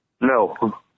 No